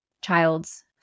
child's